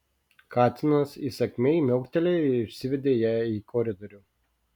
katinas įsakmiai miauktelėjo ir išsivedė ją į koridorių